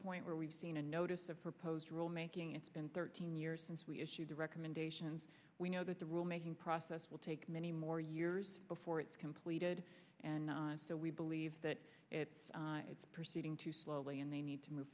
point where we've seen a notice of proposed rule making it's been thirteen years since we issued the recommendations we know that the rule making process will take many more years before it's completed and we believe that it's proceeding too slowly and they need to move